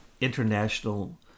international